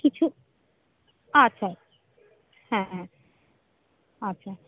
কিছু আচ্ছা হ্যাঁ হ্যাঁ আচ্ছা